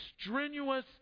strenuous